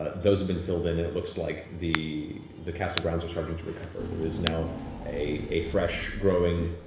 ah those have been filled in and it looks like the the castle grounds are starting to recover. there is now a fresh growing